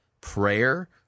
prayer